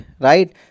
right